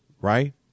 right